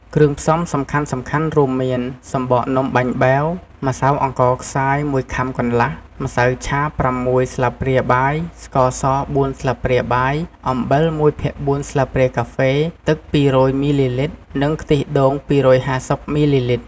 គ្រឿងផ្សំសំខាន់ៗរួមមាន សំបកនំបាញ់បែវ ម្សៅអង្ករខ្សាយ ១ខាំកន្លះ ម្សៅឆា ៦ ស្លាបព្រាបាយ ស្ករស ៤ ស្លាបព្រាបាយ អំបិល ១ភាគ៤ ស្លាបព្រាកាហ្វេ ទឹក ២០០ មីលីលីត្រ និងខ្ទិះដូង ២៥០ មីលីលីត្រ។